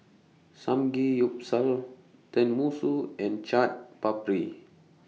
Samgeyopsal Tenmusu and Chaat Papri